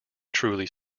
truly